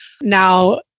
now